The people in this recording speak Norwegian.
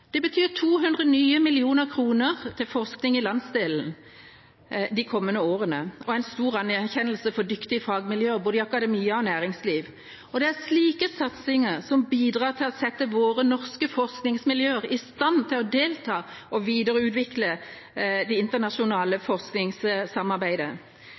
Det betyr nye 200 mill. kr til forskning i landsdelen de kommende årene og en stor anerkjennelse til dyktige fagmiljøer i både akademia og næringslivet. Det er slike satsinger som bidrar til å sette våre norske forskningsmiljøer i stand til å delta i og videreutvikle det